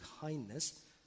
kindness